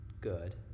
good